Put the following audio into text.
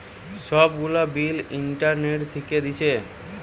সব গুলা bill internet থিকে দিচ্ছে